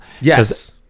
Yes